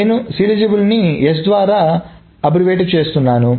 నేను సీరియలైజబుల్ ని S ద్వారా అబ్బరివిటింగ్ చేస్తున్నాను